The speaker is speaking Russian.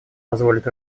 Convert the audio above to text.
позволит